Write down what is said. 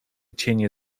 cienie